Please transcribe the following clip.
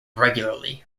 regularly